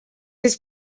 his